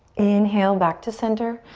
inhale back to center.